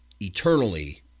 eternally